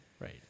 Right